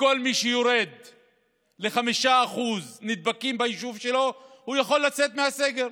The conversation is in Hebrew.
ויישוב ששיעור הנדבקים בו יורד ל-5% יכול לצאת מהסגר.